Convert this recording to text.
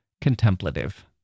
contemplative